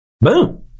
Boom